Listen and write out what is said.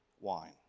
wine